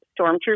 Stormtrooper